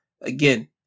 again